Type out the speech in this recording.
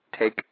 Take